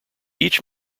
each